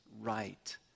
right